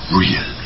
real